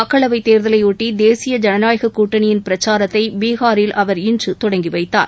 மக்களவை தேர்தலையொட்டி தேசிய ஜனநாயக கூட்டணியின் பிரக்சாரத்தை பீகாரில் அவர் இன்று தொடங்கி வைத்தார்